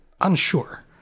unsure